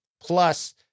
Plus